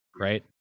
right